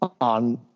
on